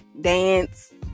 dance